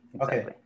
Okay